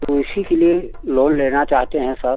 तो इसी के लिए लोन लेना चाहते हैं सर